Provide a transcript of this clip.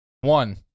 one